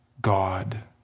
God